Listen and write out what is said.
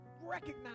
recognize